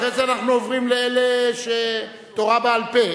אחרי זה אנחנו עוברים לתורה בעל-פה.